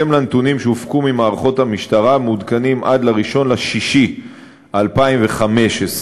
בהתאם לנתונים שהופקו ממערכות המשטרה ומעודכנים עד ל-1 ביוני 2015,